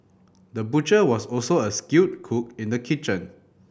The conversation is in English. the butcher was also a skilled cook in the kitchen